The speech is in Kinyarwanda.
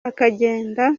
akagenda